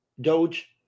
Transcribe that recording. Doge